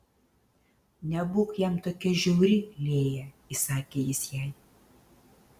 nebūk jam tokia žiauri lėja įsakė jis jai